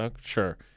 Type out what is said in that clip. Sure